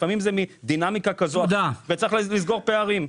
לפעמים יש דינמיקה כזאת וצריך לסגור פערים.